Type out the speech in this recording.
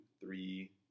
three